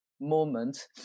moment